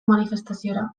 manifestaziora